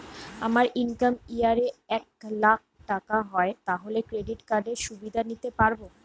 আমার income year এ এক লাক টাকা হয় তাহলে ক্রেডিট কার্ড এর সুবিধা নিতে পারবো?